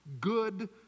good